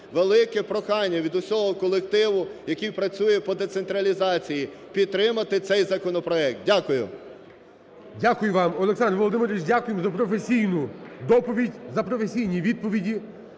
Велике прохання від усього колективу, який працює по децентралізації: підтримати цей законопроект. Дякую. ГОЛОВУЮЧИЙ. Дякую вам, Олександр Володимирович. Дякуємо за професійну доповідь, за професійні відповіді.